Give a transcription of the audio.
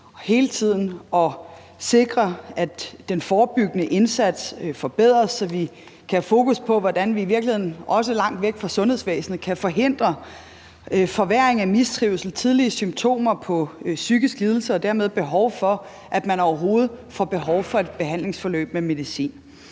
på hele tiden at sikre, at den forebyggende indsats forbedres, så vi kan have fokus på, hvordan vi i virkeligheden også langt væk fra sundhedsvæsenet kan forhindre forværring af mistrivsel, tidlige symptomer på psykisk lidelse og dermed, at man overhovedet får behov for et behandlingsforløb med medicin.